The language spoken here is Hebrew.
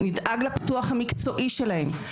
נדאג לפיתוח המקצועי שלהם,